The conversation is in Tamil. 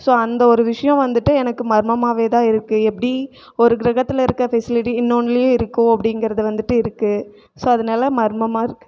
ஸோ அந்த ஒரு விஷயம் வந்துவிட்டு எனக்கு மர்மமாகவே தான் இருக்குது எப்படி ஒரு கிரகத்தில் இருக்க ஃபெசிலிட்டி இன்னொன்லேயும் இருக்கும் அப்படிங்கிறது வந்துவிட்டு இருக்குது ஸோ அதனால மர்மமாக இருக்குது